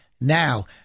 now